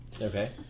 Okay